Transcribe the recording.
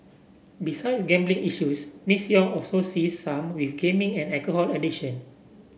besides gambling issues Miss Yong also sees some with gaming and alcohol addiction